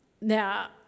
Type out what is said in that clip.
Now